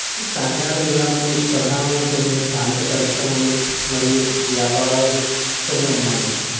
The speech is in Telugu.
ఈ కాకినాడ జిల్లాకు ప్రధానమైన కొన్ని స్థానిక పరిశ్రమలు మరియు వ్యాపారాలు కొన్ని ఉన్నాయి